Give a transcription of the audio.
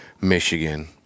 Michigan